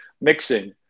mixing